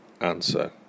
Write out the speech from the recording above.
answer